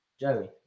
Joey